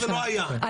זה לא נכון